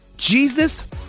Jesus